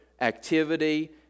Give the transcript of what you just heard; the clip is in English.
activity